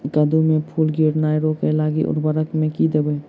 कद्दू मे फूल गिरनाय रोकय लागि उर्वरक मे की देबै?